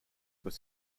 were